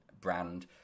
brand